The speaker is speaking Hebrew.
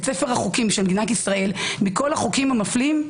ספר החוקים של מדינת ישראל מכל החוקים המפלים.